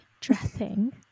dressing